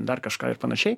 dar kažką ir panašiai